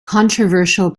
controversial